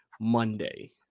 Monday